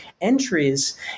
entries